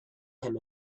him